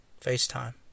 FaceTime